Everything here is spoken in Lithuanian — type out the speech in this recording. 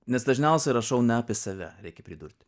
nes dažniausiai rašau ne apie save reikia pridurti